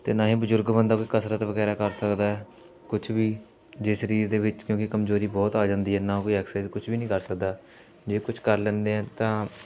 ਅਤੇ ਨਾ ਹੀ ਬਜ਼ੁਰਗ ਬੰਦਾ ਕੋਈ ਕਸਰਤ ਵਗੈਰਾ ਕਰ ਸਕਦਾ ਕੁਛ ਵੀ ਜੇ ਸਰੀਰ ਦੇ ਵਿੱਚ ਕਿਉਂਕਿ ਕਮਜ਼ੋਰੀ ਬਹੁਤ ਆ ਜਾਂਦੀ ਨਾਂ ਕੋਈ ਐਕਸਸਾਈਜ਼ ਕੁਛ ਵੀ ਨਹੀਂ ਕਰ ਸਕਦਾ ਜੇ ਕੁਛ ਕਰ ਲੈਂਦੇ ਆ ਹਾਂ